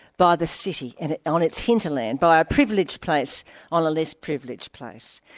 by the city, and on its hinterland by a privileged place on a less privileged place,